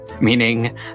Meaning